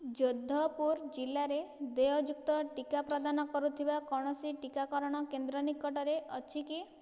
ଯୋଧପୁର ଜିଲ୍ଲାରେ ଦେୟଯୁକ୍ତ ଟିକା ପ୍ରଦାନ କରୁଥିବା କୌଣସି ଟିକାକରଣ କେନ୍ଦ୍ର ନିକଟରେ ଅଛି କି